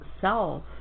self